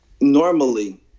normally